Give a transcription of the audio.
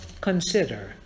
consider